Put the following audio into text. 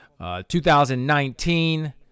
2019